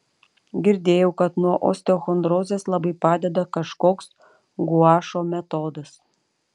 girdėjau kad nuo osteochondrozės labai padeda kažkoks guašo metodas